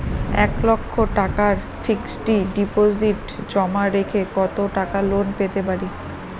এক লক্ষ টাকার fixed deposit জমা রেখে কত টাকা লোন পেতে পারি?